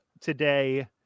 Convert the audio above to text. today